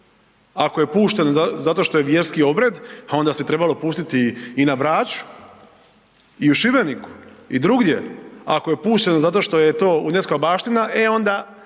Ako je pušteno zato što je vjerski obred onda se trebalo pustiti i na Braču i u Šibeniku i drugdje, a ako je pušteno zato što je to UNESCO-va baština e onda